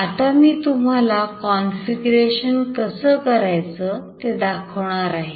आता मी तुम्हाला configuration कसं करायचं ते दाखवणार आहे